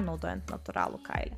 naudojant natūralų kailį